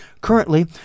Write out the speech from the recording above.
Currently